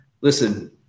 listen